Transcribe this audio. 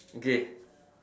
okay